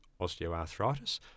osteoarthritis